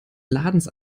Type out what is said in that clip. ladens